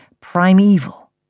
primeval